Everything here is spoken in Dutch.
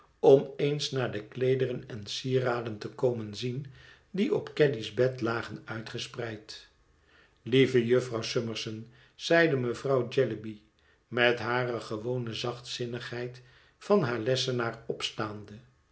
om eens naar de kleederen en sieraden te komen zien die op caddy's bed lagen uitgespreid lieve jufvrouw summerson zeide mevrouw jellyby met hare gewone zachtzinnigheid van haar lessenaar opstaande